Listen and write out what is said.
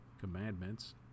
commandments